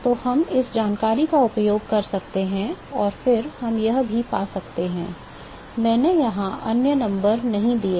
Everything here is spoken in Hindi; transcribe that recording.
तो हम इस जानकारी का उपयोग कर सकते हैं और फिर हम यह भी पा सकते हैं मैंने यहां अन्य नंबर नहीं दिए हैं